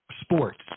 sports